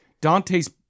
Dante's